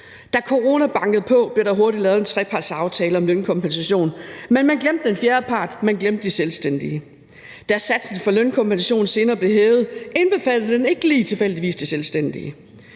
Da coronaen bankede på, blev der hurtigt lavet en trepartsaftale om lønkompensation, men man glemte den fjerde part; man glemte de selvstændige. Da satsen for lønkompensation senere blev hævet, indbefattede den lige tilfældigvis ikke de selvstændige,